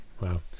Wow